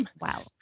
Wow